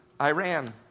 Iran